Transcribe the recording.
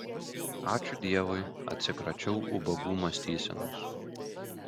ačiū dievui atsikračiau ubagų mąstysenos